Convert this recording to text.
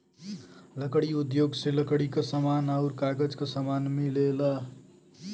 लकड़ी उद्योग से लकड़ी क समान आउर कागज क समान मिलेला